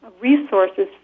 resources